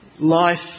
life